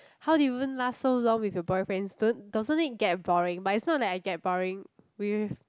how did you even last so long with your boyfriends don't doesn't it get boring but it's not like I get boring with